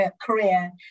career